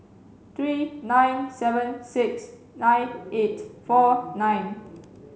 three nine seven six nine eight four nine